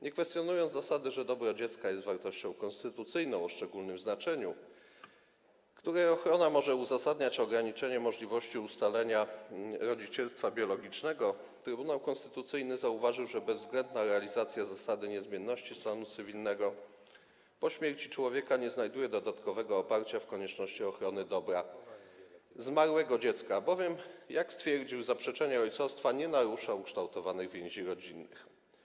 Nie kwestionując zasady, że dobro dziecka jest wartością konstytucyjną o szczególnym znaczeniu, której ochrona może uzasadniać ograniczenie możliwości ustalenia rodzicielstwa biologicznego, Trybunał Konstytucyjny zauważył, że bezwzględna realizacja zasady niezmienności stanu cywilnego po śmierci człowieka nie znajduje dodatkowego oparcia w konieczności ochrony dobra zmarłego dziecka, bowiem - jak stwierdził - zaprzeczenie ojcostwa nie narusza ukształtowanych więzi rodzinnych.